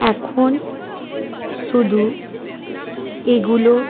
এখন শুধু এগুলো